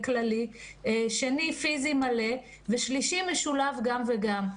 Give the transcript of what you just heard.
שני פיזי מלא ושלישי משולב גם וגם.